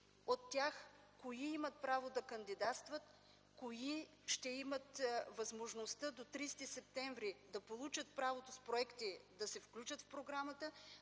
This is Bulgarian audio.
от тях, кои имат право да кандидатстват, кои ще имат възможността до 30 септември да получат правото с проекти да се включат в програмата?